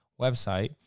website